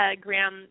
Graham